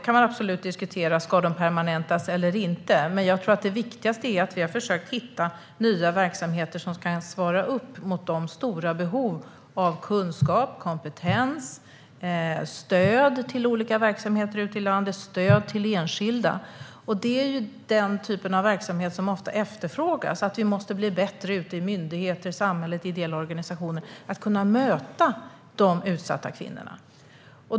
Man kan absolut diskutera om de ska permanentas eller inte, men jag tror att det viktigaste är att vi har försökt hitta nya verksamheter som kan svara upp mot de stora behoven av kunskap, kompetens, stöd till olika verksamheter ute i landet och stöd till enskilda. Det är den typen av verksamhet som ofta efterfrågas. Vi måste bli bättre i myndigheter, i samhället och i ideella organisationer på att möta de utsatta kvinnorna.